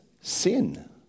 sin